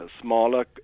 smaller